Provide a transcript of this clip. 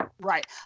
Right